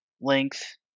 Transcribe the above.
length